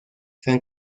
san